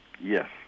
Yes